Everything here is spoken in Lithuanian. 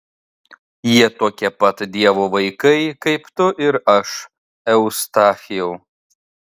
jie tokie pat dievo vaikai kaip tu ir aš eustachijau